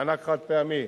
מענק חד-פעמי.